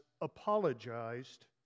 apologized